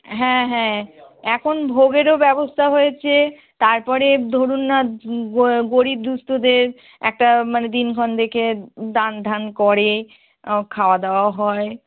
হ্যাঁ হ্যাঁ এখন ভোগেরও ব্যবস্থা হয়েছে তারপরে ধরুন না গরিব দুস্থদের একটা মানে দিনক্ষণ দেখে দান থান করে খাওয়া দাওয়া হয়